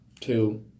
Two